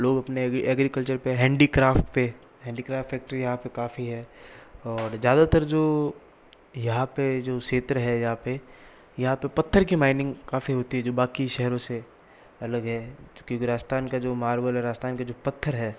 लोग अपने एग्रीकल्चर पर हैंडीक्राफ्ट पर हैंडीक्राफ्ट फैक्ट्री यहाँ पर काफ़ी है और ज़्यादातर जो यहाँ पर जो क्षेत्र है यहाँ पर यहाँ पर पत्थर की माइनिंग काफ़ी होती है जो बाकी शहरों से अलग है जोकी राजस्थान का जो मार्बल है राजस्थान का जो पत्थर है